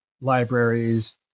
libraries